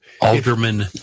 Alderman